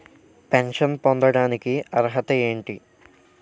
Pension పొందడానికి అర్హత ఏంటి?